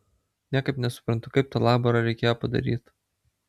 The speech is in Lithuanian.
niekaip nesuprantu kaip tą laborą reikia padaryt